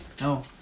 No